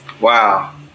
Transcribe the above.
wow